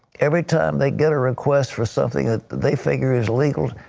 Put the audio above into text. every time they get a request for something they figure is legal,